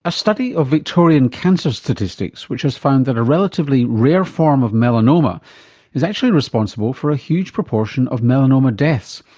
a study of victorian cancer statistics, which has found that a relatively rare form of melanoma is actually responsible for a huge proportion of melanoma deaths.